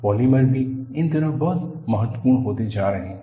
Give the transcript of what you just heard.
polymer भी इन दिनों बहुत महत्वपूर्ण होते जा रहे हैं